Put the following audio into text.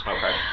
Okay